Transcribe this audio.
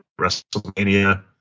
WrestleMania